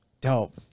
dope